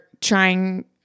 Trying